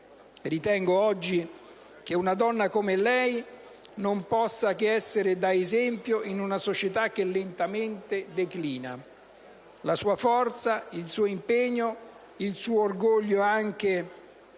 Ritengo oggi che una donna come lei non possa che essere da esempio in una società che lentamente declina. La sua forza, il suo impegno e anche il suo orgoglio -